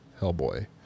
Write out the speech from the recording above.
Hellboy